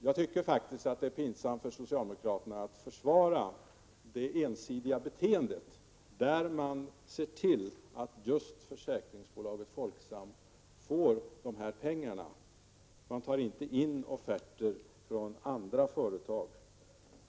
Jag tycker att det är pinsamt att socialdemokraterna försvarar detta ensidiga beteende, när man ser till att just försäkringsbolaget Folksam får dessa pengar men inte tar in offerter från andra företag.